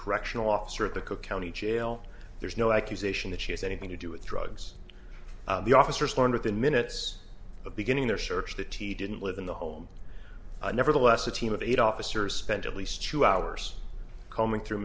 correctional officer at the cook county jail there's no accusation that she has anything to do with drugs the officers learned within minutes of beginning their search the teeth didn't live in the home nevertheless a team of eight officers spent at least two hours combing through